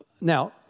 now